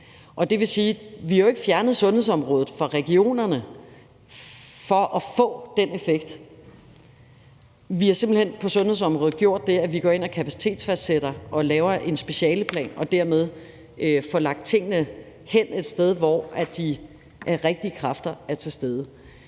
Det vil sige, at vi jo ikke fjerner sundhedsområdet fra regionerne for at få den effekt. Vi har simpelt hen på sundhedsområdet gjort det, at vi går ind og kapacitetsfastsætter og laver en specialeplan og dermed får lagt tingene hen et sted, hvor de rigtige kræfter er stede.